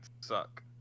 suck